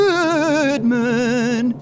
Goodman